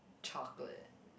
chocolate